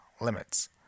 limits